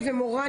מורן,